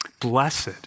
Blessed